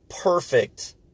perfect